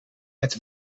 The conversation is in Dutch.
het